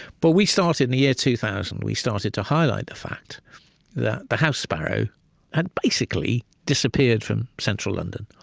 but we started in the year two thousand, we started to highlight the fact that the house sparrow had basically disappeared from central london.